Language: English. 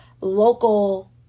local